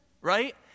right